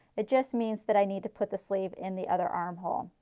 it just means that i need to put the sleeve in the other armhole.